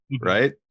right